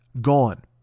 gone